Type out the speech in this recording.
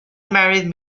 married